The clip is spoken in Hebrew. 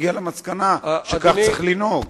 צריך לעשות,